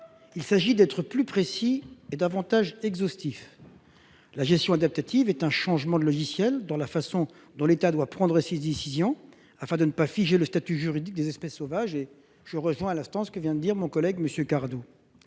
Il s'agit d'être plus précis et plus exhaustif. La gestion adaptative est un changement de logiciel dans la façon dont l'État doit prendre ses décisions, afin de ne pas figer le statut juridique des espèces sauvages- je rejoins sur ce point les propos de Jean-Noël Cardoux.